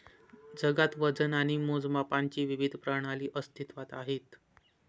जगात वजन आणि मोजमापांच्या विविध प्रणाली अस्तित्त्वात आहेत